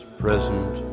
present